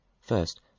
First